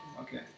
Okay